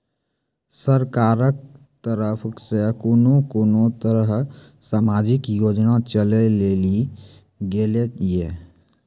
सरकारक तरफ सॅ कून कून तरहक समाजिक योजना चलेली गेलै ये?